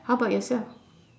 how about yourself